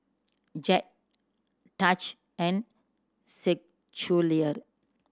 Jett Taj and Schuyler